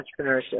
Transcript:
entrepreneurship